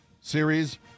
Series